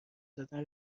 زدن